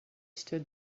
stood